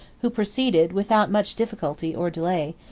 who proceeded, without much difficulty or delay,